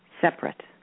separate